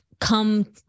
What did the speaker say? come